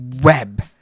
web